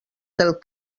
del